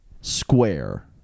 square